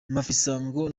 mafisango